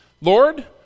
Lord